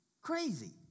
Crazy